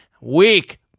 week